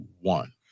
One